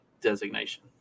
designation